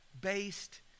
based